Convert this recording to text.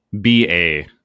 B-A